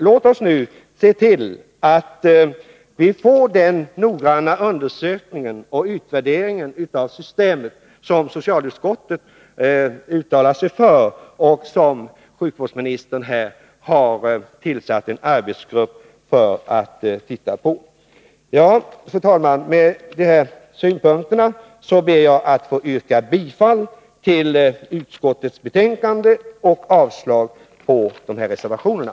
Låt oss i stället se till att den arbetsgrupp som sjukvårdsministern har tillsatt får göra den noggranna undersökning och utvärdering av systemet som socialutskottet uttalar sig för. Fru talman! Med dessa synpunkter ber jag att få yrka bifall till utskottets hemställan och avslag på reservationerna.